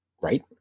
right